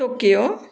Tokyo